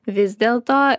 vis dėl to